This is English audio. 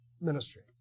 ministry